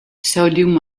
sodium